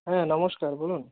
হ্যাঁ নমস্কার বলুন